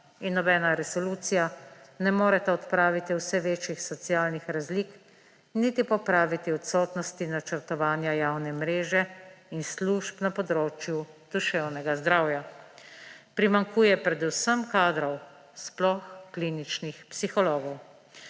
in nobena resolucija ne moreta odpraviti vse večjih socialnih razlik niti popraviti odsotnosti načrtovanja javne mreže in služb na področju duševnega zdravja. Primanjkuje predvsem kadrov, sploh kliničnih psihologov.